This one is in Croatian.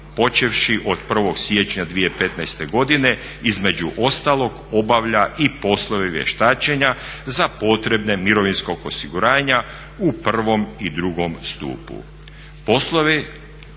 počevši od 1. siječnja 2015. godine između ostalog obavlja i poslove vještačenja za potrebe mirovinskog osiguranja u prvom i drugom stupu.